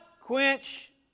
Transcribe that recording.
quench